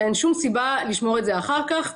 ואין שום סיבה לשמור את זה אחר כך.